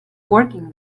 working